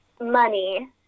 money